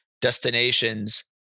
destinations